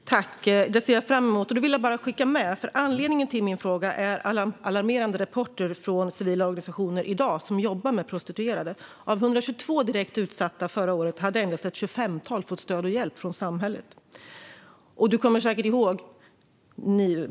Fru talman! Det ser jag fram emot. Jag vill bara skicka med att anledningen till min fråga är alarmerande rapporter från civila organisationer som jobbar med prostituerade i dag. Av 122 direkt utsatta förra året fick endast runt 25 stöd och hjälp från samhället.